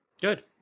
Good